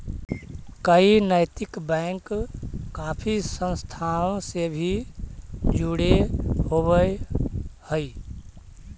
कई नैतिक बैंक काफी संस्थाओं से भी जुड़े होवअ हई